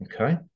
Okay